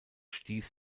stieß